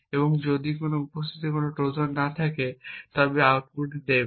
এবং যদি উপস্থিত কোনো ট্রোজান না থাকে তবে একই আউটপুট দেবে